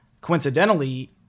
Coincidentally